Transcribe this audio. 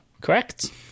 correct